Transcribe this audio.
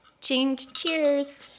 Cheers